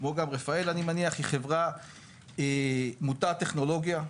וגם רפאל אני מניח היא חברה מוטה טכנולוגיה.